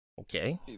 Okay